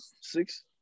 six